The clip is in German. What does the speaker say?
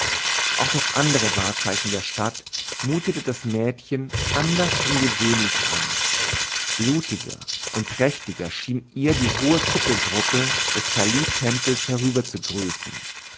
auch das andere wahrzeichen der stadt mutete das mädchen anders denn gewöhnlich an blutiger und prächtiger schien ihr die hohe kuppelgruppe des kalitempels herüber